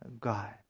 God